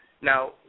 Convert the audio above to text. Now